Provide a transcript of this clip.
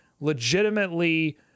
legitimately